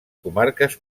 comarques